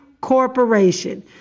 Corporation